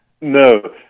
No